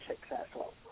successful